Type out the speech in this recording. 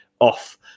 off